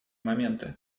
моменты